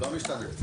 משתנה.